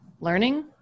learning